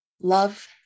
Love